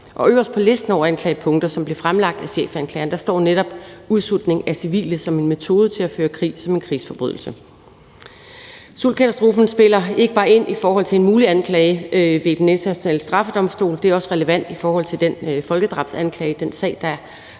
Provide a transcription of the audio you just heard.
Øverst på listen over anklagepunkter, som blev fremlagt af chefanklageren, står netop udsultning af civile som en metode til at føre krig som en krigsforbrydelse. Sultkatastrofen spiller ikke bare ind i forhold til en mulig anklage ved Den Internationale Straffedomstol; den er også relevant i forhold til den folkedrabsanklage, der er